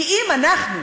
כי אם אנחנו,